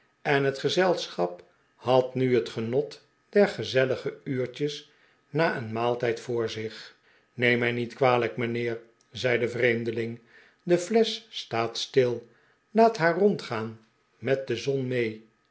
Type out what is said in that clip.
en het gezelschap had nu het genot der gezellige uurtjes na een maaltijd voor zich neem mij niet kwalijk mijnheer zei de vreemdeling de flesch staat stil laat haar rondgaan met de zon mee